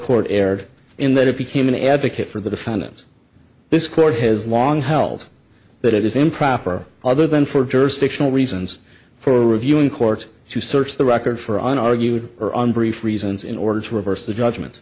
court erred in that it became an advocate for the defendant this court has long held that it is improper or other than for jurisdictional reasons for reviewing courts to search the record for an argued or on brief reasons in order to reverse the judgment